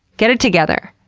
get it together!